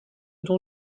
dont